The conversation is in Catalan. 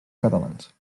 catalans